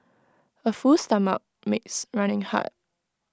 A full stomach makes running hard